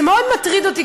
זה מאוד מטריד אותי,